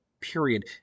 period